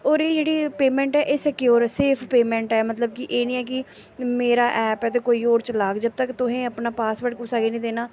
होर एह् जेह्ड़ी पेमेंट ऐ एह् सिक्योर ऐ सेफ पेमेंट ऐ मतलब कि एह् निं ऐ कि मेरा ऐप ऐ ते कोई होर चलाग जब तक तुहें अपना पासवर्ड कुसै गी निं देना